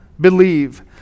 believe